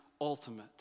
Ultimate